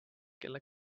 kelle